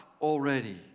already